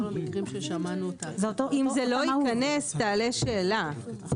אם זה לא יכנס תעלה שאלה.